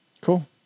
Cool